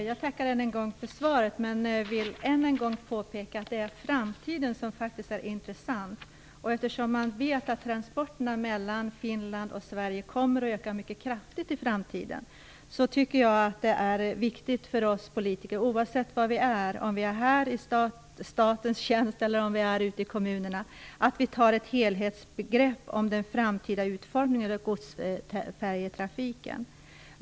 Fru talman! Jag tackar för svaret men vill än en gång påpeka att det faktiskt är framtiden som är intressant. Eftersom man vet att transporterna mellan Finland och Sverige kommer att öka mycket kraftigt i framtiden tycker jag att det är viktigt för oss politiker, oavsett om vi är i statens tjänst eller befinner oss ute i kommunerna, att ta ett helhetsgrepp när det gäller den framtida utformningen av godsfärjetrafiken.